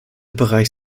bereich